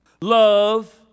Love